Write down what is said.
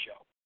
show